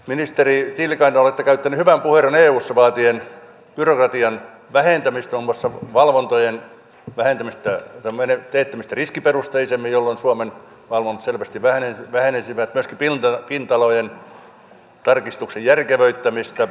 ministeri tiilikainen olette käyttänyt hyvän puheenvuoron eussa vaatien byrokratian vähentämistä muun muassa valvontojen teettämistä riskiperusteisemmin jolloin suomen valvonta selvästi vähenisi myöskin pinta alojen tarkistuksen järkevöittämistä